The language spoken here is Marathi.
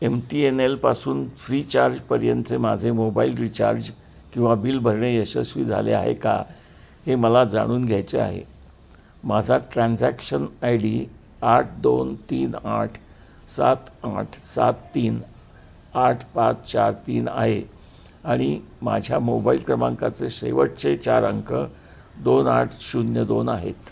एम टी एन एलपासून फ्रीचार्जपर्यंत माझे मोबाईल रिचार्ज किंवा बिल भरणे यशस्वी झाले आहे का हे मला जाणून घ्यायचे आहे माझा ट्रान्झॅक्शन आय डी आठ दोन तीन आठ सात आठ सात तीन आठ पाच चार तीन आहे आणि माझ्या मोबाईल क्रमांकाचं शेवटचे चार अंक दोन आठ शून्य दोन आहेत